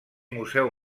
museu